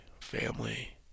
Family